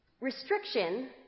restriction